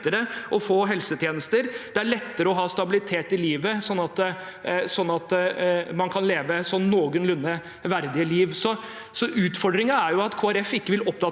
å få helsetjenester. Det er lettere å ha stabilitet i livet, sånn at man kan leve et noenlunde verdig liv. Utfordringen er jo at Kristelig Folkeparti